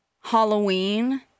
Halloween